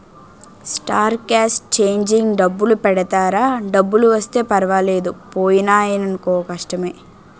star cast changing డబ్బులు పెడతారా డబ్బులు వస్తే పర్వాలేదు పోయినాయనుకో కష్టమే